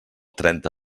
trenta